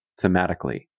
thematically